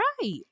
right